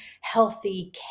healthy